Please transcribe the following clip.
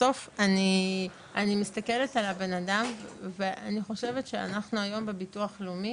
בסוף אני מסתכלת על הבן אדם ואני חושבת שאנחנו היום בביטוח לאומי